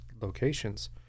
locations